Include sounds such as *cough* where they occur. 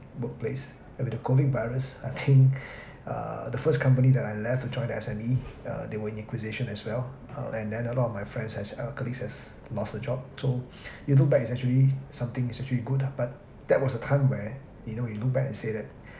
work place and with the COVID virus I think *laughs* uh the first company that I left to join the S_M_E uh they were in acquisition as well uh and then a lot of my friends has uh colleagues has lost the job so you look back is actually something is actually good but that was the time where you know you look back and say that